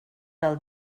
del